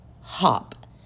HOP